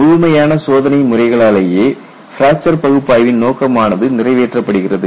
முழுமையான சோதனை முறைகளாலேயே பிராக்சர் பகுப்பாய்வின் நோக்கமானது நிறைவேற்றப்படுகிறது